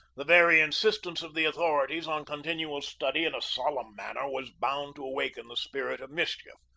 the very insistence of the authorities on continual study in a solemn manner was bound to awaken the spirit of mischief.